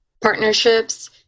partnerships